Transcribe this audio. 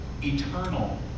eternal